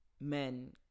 men